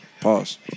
Pause